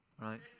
right